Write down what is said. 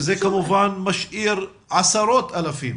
שזה כמובן משאיר עשרות אלפים